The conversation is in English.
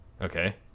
okay